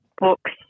books